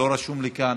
לא רשום לי כאן.